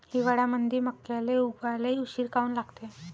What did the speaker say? हिवाळ्यामंदी मक्याले उगवाले उशीर काऊन लागते?